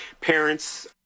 parents